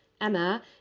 Emma